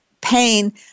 pain